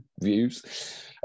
views